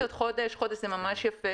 מבחינתנו, 30 זה מעל ומעבר לדמי השבה.